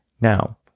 Now